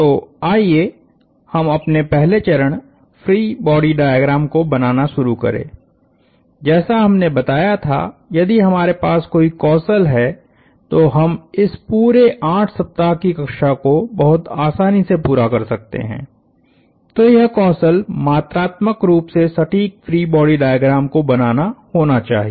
तो आइए हम अपने पहले चरण फ्री बॉडी डायग्राम को बनाना शुरू करें जैसा हमने बताया था यदि हमारे पास कोई कौशल है तो हम इस पूरे 8 सप्ताह की कक्षा को बहुत आसानी से पूरा कर सकते है तो यह कौशल मात्रात्मक रूप से सटीक फ्री बॉडी डायग्राम को बनाना होना चाहिए